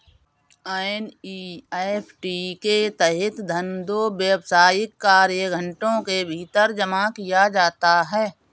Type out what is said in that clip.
NEFT के तहत धन दो व्यावसायिक कार्य घंटों के भीतर जमा किया जाता है